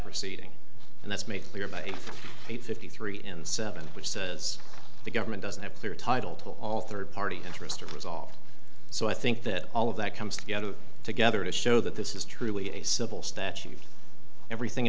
proceeding and that's made clear by eight fifty three and seven which says the government doesn't have clear title to all third party interest to resolve so i think that all of that comes together together to show that this is truly a civil statute everything